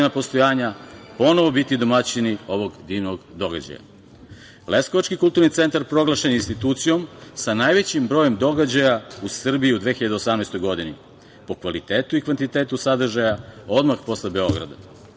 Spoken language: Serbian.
postojanja, ponovo biti domaćini ovog divnog događaja. Leskovački kulturni centar proglašen je institucijom sa najvećim brojem događaja u Srbiji u 2018. godini po kvalitetu i kvantitetu sadržaja odmah posle